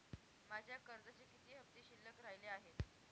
माझ्या कर्जाचे किती हफ्ते शिल्लक राहिले आहेत?